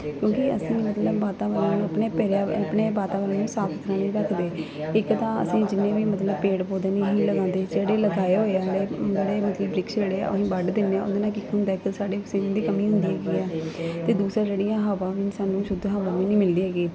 ਕਿਉਂਕਿ ਅਸੀਂ ਮਤਲਬ ਵਾਤਾਵਰਣ ਨੂੰ ਆਪਣੇ ਪਰਿਆਵਰਨ ਆਪਣੇ ਵਾਤਾਵਰਣ ਨੂੰ ਸਾਫ਼ ਤਾ ਨਹੀਂ ਰੱਖਦੇ ਇੱਕ ਤਾਂ ਅਸੀਂ ਜਿੰਨੇ ਵੀ ਮਤਲਵ ਪੇੜ ਪੌਦੇ ਨਹੀਂ ਲਗਾਉਂਦੇ ਜਿਹੜੇ ਲਗਾਏ ਹੋੋਏ ਆ ਜਿਹੜੇ ਮਤਲਬ ਬਰਿਖਸ਼ ਅਸੀਂ ਵੱਡ ਦਿੰਦੇ ਹਾਂ ਉਹਦੇ ਨਾਲ ਕੀ ਹੁੰਦਾ ਅਤੇ ਸਾਡੇ ਕਮੀ ਹੁੰਦੀ ਹੈਗੀ ਆ ਅਤੇ ਦੂਸਰਾ ਜਿਹੜੀ ਆ ਹਵਾ ਮੀਨਸ ਸਾਨੂੰ ਸ਼ੁੱਧ ਹਵਾ ਵੀ ਨਹੀਂ ਮਿਲਦੀ ਹੈਗੀ